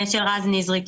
קיבלנו אישור מרז נזרי.